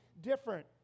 different